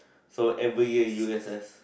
so every year u_s_s